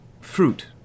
fruit